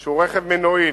שהוא רכב מנועי,